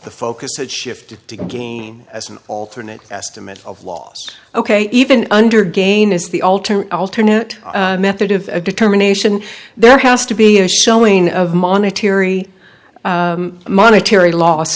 the focus had shifted to gain as an alternate estimate of loss ok even under gain is the ultimate alternate method of a determination there has to be a showing of monetary monetary l